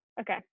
Okay